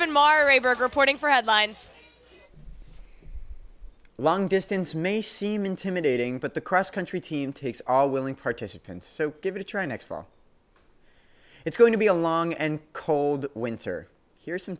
more reporting for headlines long distance may seem intimidating but the cross country team takes are willing participants so give it a try next it's going to be a long and cold winter here's some